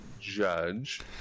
judge